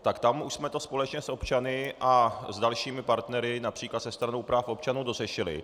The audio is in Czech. Tak tam už jsme to společně s občany a s dalšími partnery, například se Stranou práv občanů, dořešili.